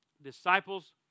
Disciples